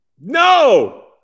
No